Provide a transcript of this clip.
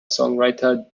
songwriter